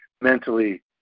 mentally